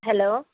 hello